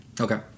Okay